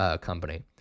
company